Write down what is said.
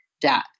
dot